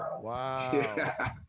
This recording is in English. Wow